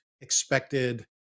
expected